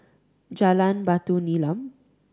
Jalan Batu Nilam